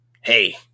hey